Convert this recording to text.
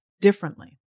differently